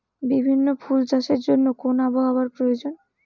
বিভিন্ন ফুল চাষের জন্য কোন আবহাওয়ার প্রয়োজন?